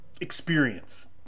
experience